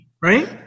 Right